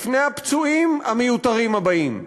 לפני הפצועים המיותרים הבאים,